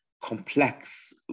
complex